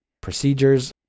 procedures